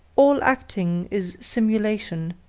all acting is simulation,